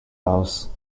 house